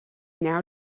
now